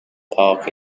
park